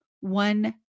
one